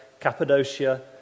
Cappadocia